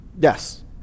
Yes